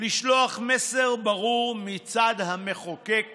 לשלוח מסר ברור מצד המחוקק